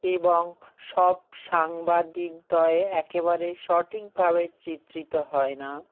এবং সব সাংবাদিকদয় একেবারে সঠিকভাবে চিত্রিত হয় না